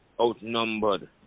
outnumbered